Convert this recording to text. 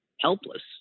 helpless